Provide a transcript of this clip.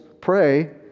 pray